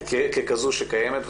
כמי שקיימת.